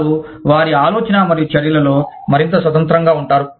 వారు వారి ఆలోచన మరియు చర్యలో మరింత స్వతంత్రంగా ఉంటారు